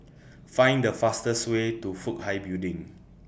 Find The fastest Way to Fook Hai Building